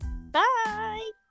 Bye